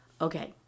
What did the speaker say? Okay